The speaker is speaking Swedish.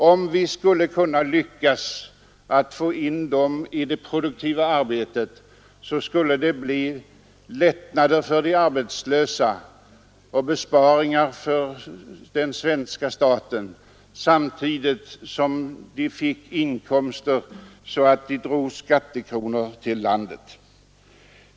Om vi skulle kunna lyckas få in de arbetslösa i det produktiva arbetet, skulle det medföra lättnader för dem och besparingar för den svenska staten, samtidigt som de fick inkomster så att de drog skattepengar till landet.